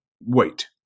Wait